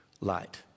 light